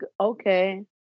okay